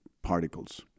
particles